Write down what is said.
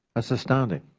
astounding.